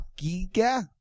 Giga